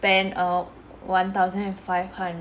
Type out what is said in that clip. ~pend um one thousand and five hund~